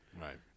right